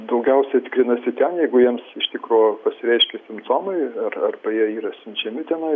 daugiausia tikrinasi ten jeigu jiems iš tikro pasireiškia simptomai ar arba jie yra siunčiami tenai